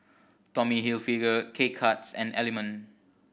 Tommy Hilfiger K Cuts and Element